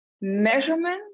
measurement